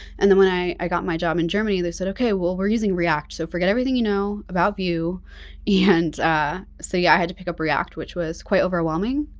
and then when i i got my job in germany, they said okay well we're using react. so, forget everything you know about vue and so yeah i had to pick up react, which was quite overwhelming,